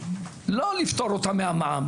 לא לפטור אותם מהמע"מ,